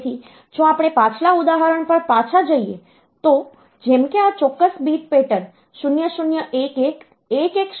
તેથી જો આપણે પાછલા ઉદાહરણ પર પાછા જઈએ તો જેમ કે આ ચોક્કસ bit પેટર્ન 0011 1100 છે